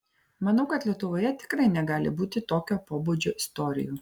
manau kad lietuvoje tikrai negali būti tokio pobūdžio istorijų